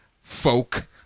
folk